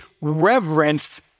reverence